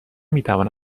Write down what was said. میتوان